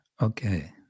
okay